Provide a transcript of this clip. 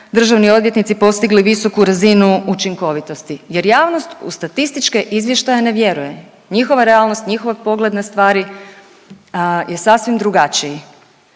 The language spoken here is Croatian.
državni odvjetnici postigli visoku razinu učinkovitosti jer javnost u statističke izvještaje ne vjeruje, njihova realnost i njihov pogled na stvari je sasvim drugačiji.